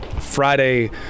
Friday